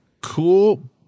cool